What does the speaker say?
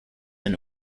and